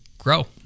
grow